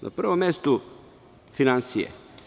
Na prvom mestu finansije.